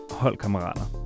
holdkammerater